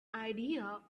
idea